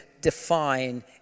define